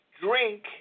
drink